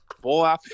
boy